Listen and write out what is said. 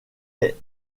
est